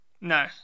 No